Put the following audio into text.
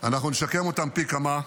אנחנו נשקם אותם פי כמה,